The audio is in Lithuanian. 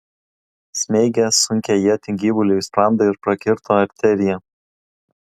smeigė sunkią ietį gyvuliui į sprandą ir prakirto arteriją